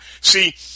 See